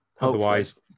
Otherwise